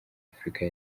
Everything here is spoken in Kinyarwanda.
afurika